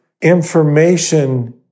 information